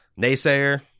Naysayer